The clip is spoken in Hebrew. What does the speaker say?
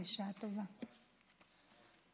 בשמחות אצלכם.